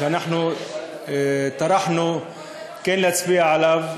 שאנחנו טרחנו כן להצביע עליו,